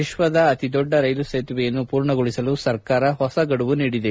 ವಿಶ್ವದ ಅತಿ ದೊಡ್ಡ ರೈಲ್ವೆ ಸೇತುವೆಯನ್ನು ಪೂರ್ಣಗೊಳಿಸಲು ಸರ್ಕಾರ ಹೊಸ ಗಡುವು ನೀಡಿದೆ